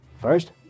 First